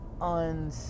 on